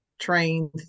trained